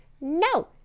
No